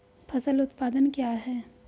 फसल उत्पादन क्या है?